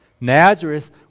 Nazareth